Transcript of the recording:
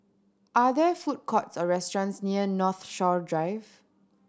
are there food courts or restaurants near Northshore Drive